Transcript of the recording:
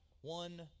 one